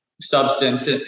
substance